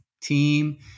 team